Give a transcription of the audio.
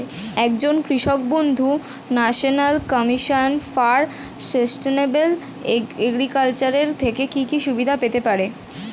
একজন কৃষক বন্ধু national commission for sustainable agriculture এর থেকে কি কি সুবিধা পেতে পারে?